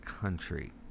country